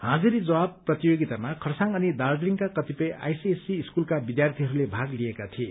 हाजिरी जवाब प्रतियोगितामा खरसाङ अनि दार्जीलिङका कतिपय आईसीएसई स्कूलका विद्यार्थीहरूले भाग लिएका थिए